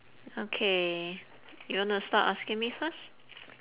okay you wanna start asking me first